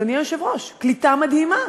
אדוני היושב-ראש, קליטה מדהימה,